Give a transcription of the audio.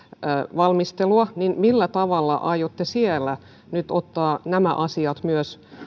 valmistelua millä tavalla aiotte siellä nyt ottaa nämä asiat